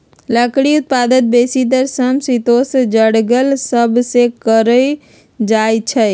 लकड़ी उत्पादन बेसीतर समशीतोष्ण जङगल सभ से कएल जाइ छइ